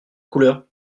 couleur